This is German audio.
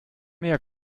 mehr